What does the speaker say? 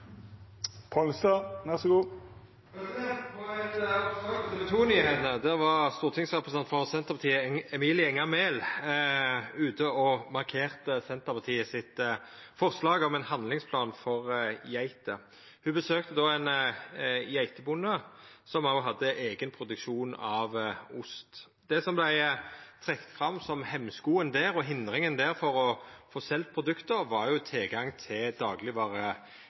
Senterpartiet, ute og markerte Senterpartiets forslag om ein handlingsplan for geiter. Ho besøkte då ein geitebonde som òg hadde eigen produksjon av ost. Det som vart trekt fram som hemskoen der, og hindringa der, for å få selt produkta, var tilgang til